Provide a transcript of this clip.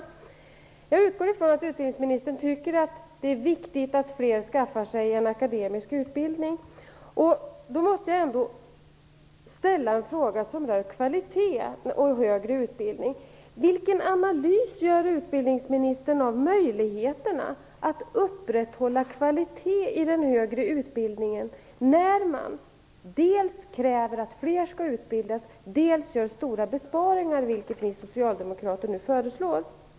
Jag utgår ifrån att utbildningsministern tycker att det är viktigt att fler skaffar sig en akademisk utbildning. Då måste jag ställa en fråga som rör kvalitet och högre utbildning: Vilken analys gör utbildningsministern av möjligheterna att upprätthålla kvalitet i den högre utbildningen när man dels kräver att fler skall utbildas, dels genomför stora besparingar, vilket ni socialdemokrater nu föreslår?